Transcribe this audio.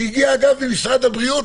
שהגיעה אגב ממשרד הבריאות,